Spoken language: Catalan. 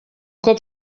cop